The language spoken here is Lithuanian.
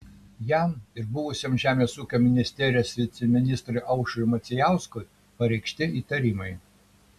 jam ir buvusiam žemės ūkio ministerijos viceministrui aušriui macijauskui pareikšti įtarimai